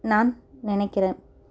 நான் நினைக்கிறேன்